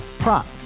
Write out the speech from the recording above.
Prop